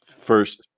first